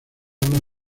una